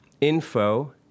info